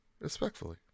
respectfully